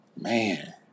Man